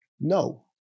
No